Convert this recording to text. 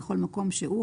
בכל מקום שהוא,